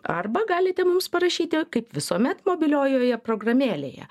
arba galite mums parašyti kaip visuomet mobiliojoje programėlėje